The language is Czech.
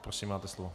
Prosím, máte slovo.